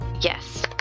yes